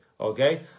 okay